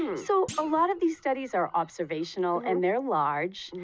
so a lot of these studies are observational and they're large.